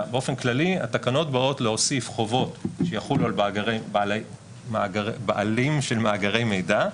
באופן כללי התקנות באות להוסיף חובות שיחולו על בעלים של מאגרי מידע,